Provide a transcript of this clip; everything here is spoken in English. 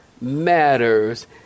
matters